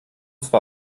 zwar